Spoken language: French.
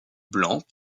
blanc